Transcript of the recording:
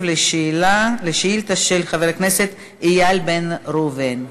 על שאילתה של חבר הכנסת איל בן ראובן.